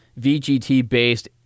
VGT-based